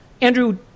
Andrew